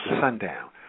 sundown